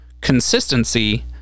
consistency